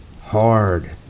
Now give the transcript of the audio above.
hard